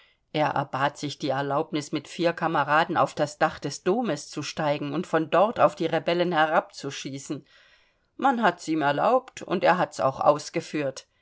er erbat sich die erlaubnis mit vier kameraden auf das dach des domes zu steigen und von dort auf die rebellen herab zu schießen man hat's ihm erlaubt und er hat's auch ausgeführt